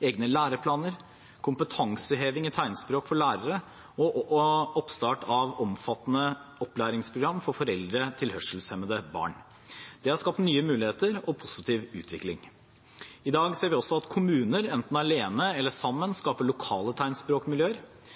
egne læreplaner, kompetanseheving i tegnspråk for lærere og oppstart av omfattende opplæringsprogram for foreldre til hørselshemmede barn. Det har skapt nye muligheter og positiv utvikling. I dag ser vi også at kommuner, enten alene eller sammen, skaper lokale tegnspråkmiljøer,